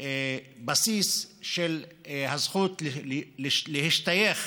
בסיס של הזכות להשתייך